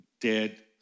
dead